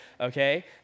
okay